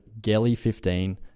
GELLY15